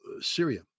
Syria